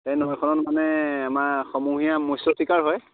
সেই নৈখনত মানে আমাৰ সমূহীয়া মৎস্য চিকাৰ হয়